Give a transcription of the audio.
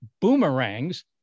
boomerangs